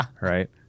Right